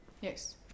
Yes